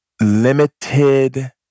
limited